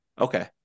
Okay